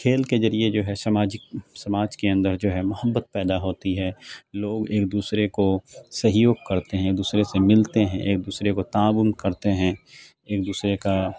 کھیل کے ذریعے جو ہے سماجک سماج کے اندر جو ہے محبت پیدا ہوتی ہے لوگ ایک دوسرے کو سہیوگ کرتے ہیں ایک دوسرے سے ملتے ہیں ایک دوسرے کو تعاون کرتے ہیں ایک دوسرے کا